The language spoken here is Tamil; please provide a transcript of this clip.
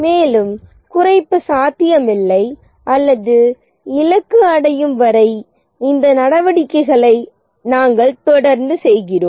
மேலும் குறைப்பு சாத்தியமில்லை அல்லது இலக்கு அடையும் வரை இந்த நடவடிக்கைகளை நாங்கள் தொடர்ந்து செய்கிறோம்